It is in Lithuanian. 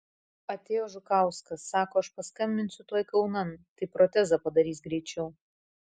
atėjo žukauskas sako aš paskambinsiu tuoj kaunan tai protezą padarys greičiau